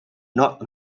north